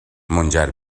منجر